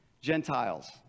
Gentiles